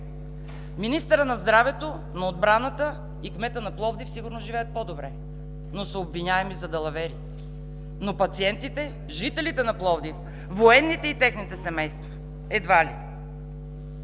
Министърът на здравето, на отбраната и кметът на Пловдив сигурно живеят по-добре, но са обвиняеми за далавери. Но пациентите, жителите на Пловдив, военните и техните семейства – едва ли!